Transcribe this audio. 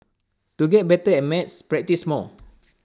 to get better at maths practise more